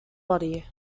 body